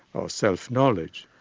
or self-knowledge,